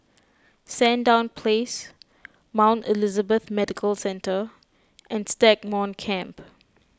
Sandown Place Mount Elizabeth Medical Centre and Stagmont Camp